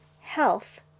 health